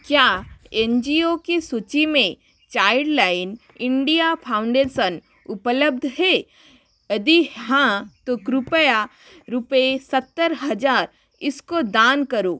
क्या N G O की सूची में चाइल्डलाइन इंडिया फाउंडेशन उपलब्ध है यदि हाँ तो कृपया रूपए सत्तर हजार इसको दान करो